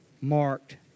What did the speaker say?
marked